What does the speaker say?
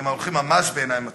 הם הולכים ממש בעיניים עצומות.